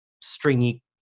stringy